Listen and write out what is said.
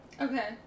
Okay